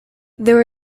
there